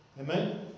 Amen